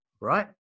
right